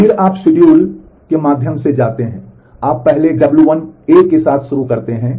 और फिर आप शिड्यूल के माध्यम से जाते हैं आप पहले एक w 1 A के साथ शुरू करते हैं